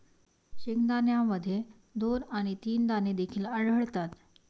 शेंगदाण्यामध्ये दोन आणि तीन दाणे देखील आढळतात